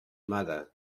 mother